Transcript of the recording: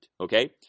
Okay